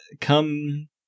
come